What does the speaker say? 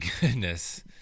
goodness